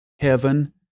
heaven